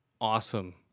Awesome